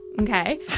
Okay